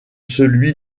celui